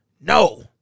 No